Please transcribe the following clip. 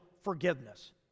forgiveness